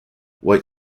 white